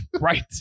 Right